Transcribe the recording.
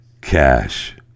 cash